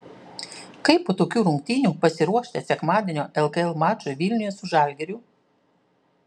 kaip po tokių rungtynių pasiruošite sekmadienio lkl mačui vilniuje su žalgiriu